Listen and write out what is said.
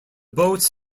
boats